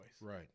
Right